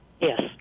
Yes